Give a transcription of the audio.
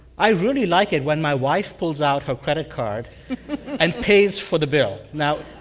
i really like it when my wife pulls out her credit card and pays for the bill. now,